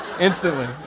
Instantly